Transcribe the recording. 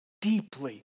deeply